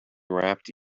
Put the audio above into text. wrapped